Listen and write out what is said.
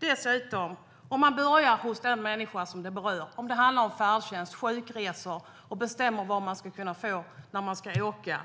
Dessutom: Om man börjar hos den människa som det berör när det handlar om färdtjänst eller sjukresor och bestämmer vad hon ska kunna få när hon ska åka,